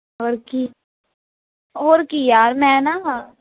ਹੋਰ ਕੀ ਹੋਰ ਕੀ ਯਾਰ ਮੈਂ ਨਾ ਹਾਂ